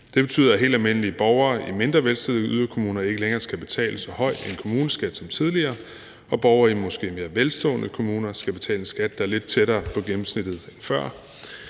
helt almindelige borgere i mindre velstillede yderkommuner ikke længere skal betale så høj en kommuneskat som tidligere, og at borgere i måske mere velstående kommuner skal betale en skat, der er lidt tættere på gennemsnittet end før.